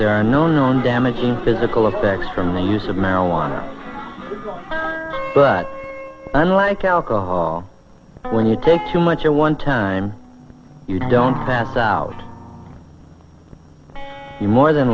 there are no known damage in physical effects from the use of marijuana but unlike alcohol when you take too much or one time you don't pass out more than